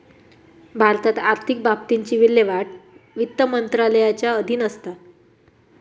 भारतात आर्थिक बाबतींची विल्हेवाट वित्त मंत्रालयाच्या अधीन असता